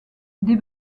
des